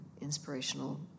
inspirational